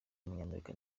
w’umunyamerika